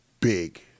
big